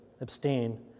abstain